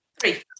Three